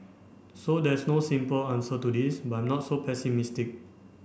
so there's no simple answer to this but I'm not so pessimistic